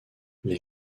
les